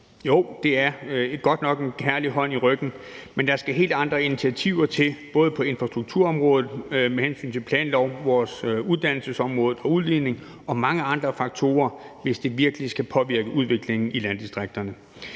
Jo, det er godt nok en kærlig hånd i ryggen, men der skal helt andre initiativer til, både på infrastrukturområdet med hensyn til planloven, på vores uddannelsesområde og i forhold til udligning og mange andre faktorer, hvis det virkelig skal påvirke udviklingen i landdistrikterne.